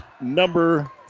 number